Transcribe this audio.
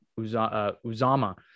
Uzama